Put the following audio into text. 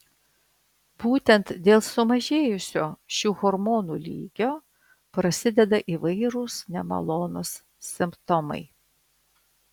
būtent dėl sumažėjusio šių hormonų lygio prasideda įvairūs nemalonūs simptomai